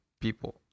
people